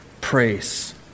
praise